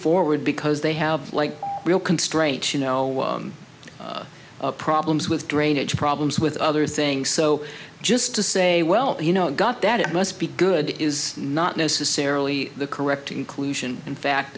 forward because they have like real constraints you know problems with drainage problems with other things so just to say well you know got that it must be good is not necessarily the correct conclusion in